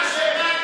לא עושים דבר כזה.